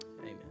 Amen